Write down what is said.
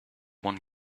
one